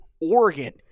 Oregon